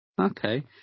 Okay